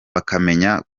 bakamenya